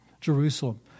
Jerusalem